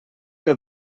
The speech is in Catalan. que